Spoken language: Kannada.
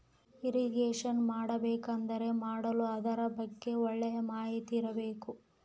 ಇರಿಗೇಷನ್ ಮಾಡಬೇಕಾದರೆ ಮಾಡಲು ಅದರ ಬಗ್ಗೆ ಒಳ್ಳೆ ಮಾಹಿತಿ ಇರ್ಬೇಕು